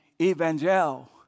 Evangel